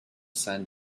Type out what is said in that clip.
sand